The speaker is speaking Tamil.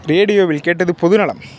ரேடியோவில் கேட்டது பொதுநலம்